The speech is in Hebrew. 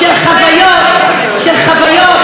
של חוויות,